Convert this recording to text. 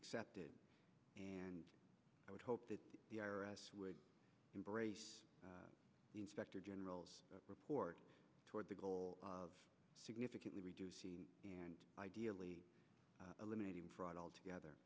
accepted and i would hope that the us would embrace the inspector general's report toward the goal of significantly reduce c and ideally eliminating fraud altogether